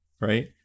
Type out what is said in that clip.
right